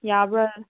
ꯌꯥꯕ꯭ꯔꯥ